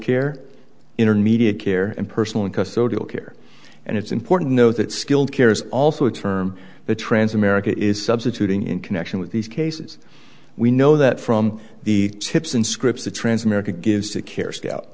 care intern media care and personal and care and it's important to know that skilled care is also a term the trans america is substituting in connection with these cases we know that from the tips and scripts the transamerica gives to care scout